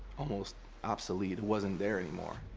almost obsolete. it wasn't there anymore.